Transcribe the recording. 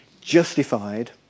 justified